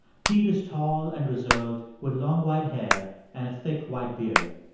pete is tall and reserved, with long, white hair and a thick, white beard.